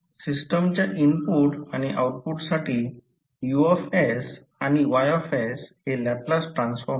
तर सिस्टमच्या इनपुट आणि आउटपुटसाठी U आणि Y हे लॅपलास ट्रान्सफॉर्म आहेत